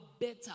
better